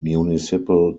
municipal